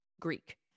Greek